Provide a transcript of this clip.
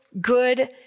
good